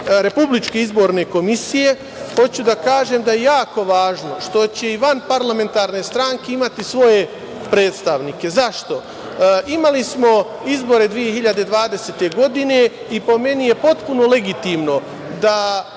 Republičke izborne komisije, hoću da kažem da je jako važno što će i van parlamentarne stranke imati svoje predstavnike. Zašto? Imali smo izbore 2020. godine i, po meni, potpuno je legitimno da